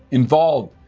involved,